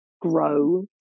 grow